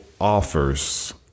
offers